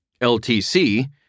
LTC